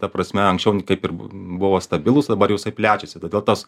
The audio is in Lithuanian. ta prasme anksčiau kaip ir buvo stabilus dabar jau jisai plečiasi todėl tas